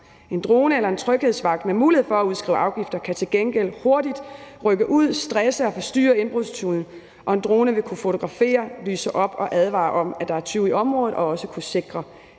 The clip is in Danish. En drone eller en tryghedsvagt med mulighed for at udskrive afgifter kan til gengæld hurtigt rykke ud, stresse og forstyrre indbrudstyvene, og en drone vil kunne fotografere, lyse op og advare om, at der er tyve i området, og også kunne sikre